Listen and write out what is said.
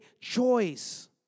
choice